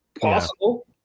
possible